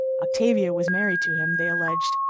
octavia was married to him, they alleged,